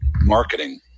marketing